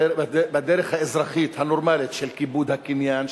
בדרך האזרחית הנורמלית של כיבוד הקניין,